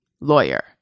lawyer